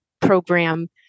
program